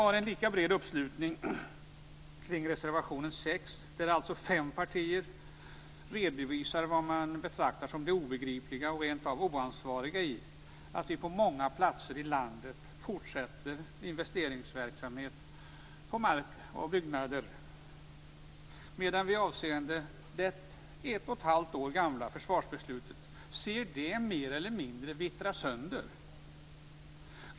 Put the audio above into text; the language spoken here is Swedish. Det är en lika bred uppslutning kring reservation 6, där fem partier redovisar det man betraktar som det obegripliga och rent av oansvariga i att vi på många platser i landet fortsätter investeringsverksamhet på mark och byggnader, medan vi ser det ett och halvt år gamla försvarsbeslutet mer eller mindre vittra sönder.